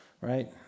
right